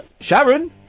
Sharon